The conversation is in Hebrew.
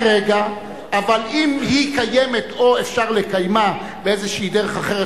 אבל אם היא קיימת או אפשר לקיימה באיזו דרך אחרת,